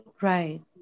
Right